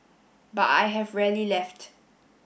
but I have rarely left